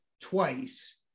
twice